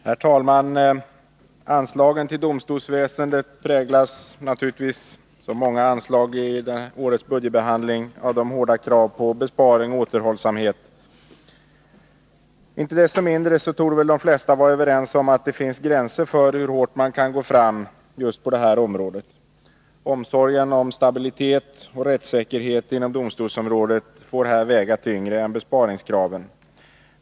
Herr talman! Anslagen till domstolsväsendet präglas naturligtvis som många andra anslag i årets budgetbehandling av de hårda kraven på besparing och återhållsamhet. Inte desto mindre torde väl de flesta vara överens om att det finns gränser för hur hårt man kan gå fram på just detta område. Omsorgen om stabilitet och rättssäkerhet inom domstolsområdet får här väga tyngre än besparingskraven.